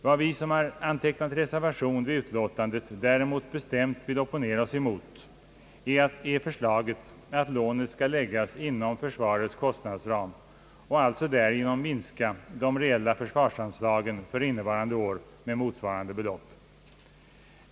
Vad vi som antecknat reservation vid utlåtandet däremot bestämt vill opponera oss emot är förslaget att lånet skall läggas inom försvarets kostnadsram och alltså därigenom minska de reella försvarsanslagen för innevarande år med motsvarande belopp.